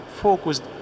focused